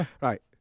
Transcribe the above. Right